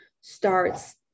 starts